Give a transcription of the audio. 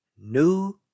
New